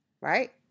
right